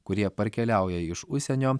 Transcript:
kurie parkeliauja iš užsienio